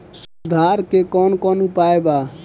सुधार के कौन कौन उपाय वा?